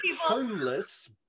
homeless